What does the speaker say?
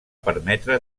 permetre